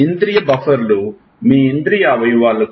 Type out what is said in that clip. కాబట్టి ఇంద్రియ బఫర్లు మీ ఇంద్రియ అవయవాలు